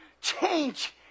change